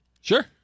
Sure